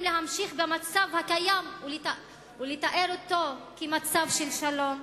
להמשיך במצב הקיים ולתאר אותו כמצב של שלום?